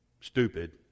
stupid